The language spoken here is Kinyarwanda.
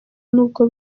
nubwo